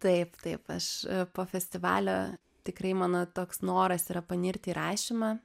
taip taip aš po festivalio tikrai mano toks noras yra panirti į rašymą